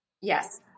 Yes